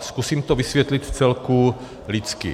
Zkusím to vysvětlit vcelku lidsky.